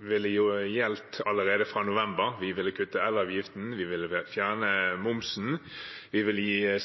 ville gjelde allerede fra november. Vi ville kutte elavgiften, vi ville fjerne momsen, vi ville gi